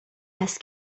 است